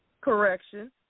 correction